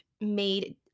made